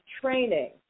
training